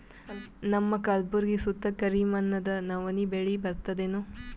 ನಮ್ಮ ಕಲ್ಬುರ್ಗಿ ಸುತ್ತ ಕರಿ ಮಣ್ಣದ ನವಣಿ ಬೇಳಿ ಬರ್ತದೇನು?